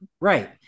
Right